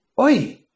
oi